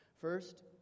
First